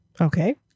okay